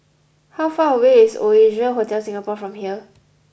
how far away is Oasia Hotel Singapore from here